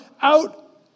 out